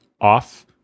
off